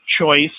choice